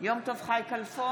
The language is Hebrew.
יום טוב חי כלפון,